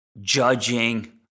judging